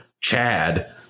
chad